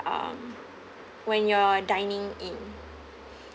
um when you're dining in